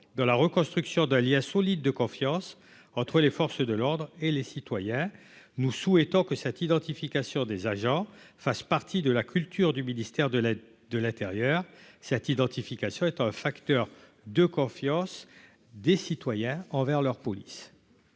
dans la reconstruction de IA solide de confiance entre les forces de l'ordre et les citoyens, nous souhaitons que ça t'identification des agents fasse partie de la culture du ministère de la, de l'intérieur cette identification est un facteur de confiance des citoyens envers leurs poulies.